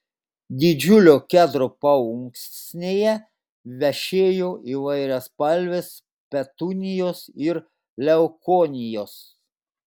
didžiulio kedro paunksnėje vešėjo įvairiaspalvės petunijos ir leukonijos